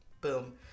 boom